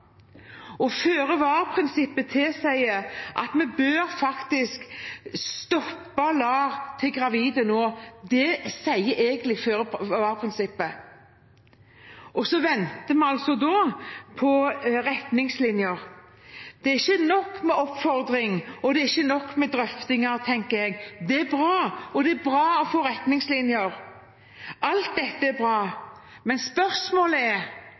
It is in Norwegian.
og føre-var-prinsippet tilsier at vi faktisk bør stoppe LAR til gravide nå. Det sier egentlig føre-var-prinsippet, og så venter vi altså på retningslinjer. Det er ikke nok med oppfordringer, og det er ikke nok med drøftinger. Det er bra, og det er bra å få retningslinjer. Alt dette er bra, men spørsmålet er